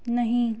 नहीं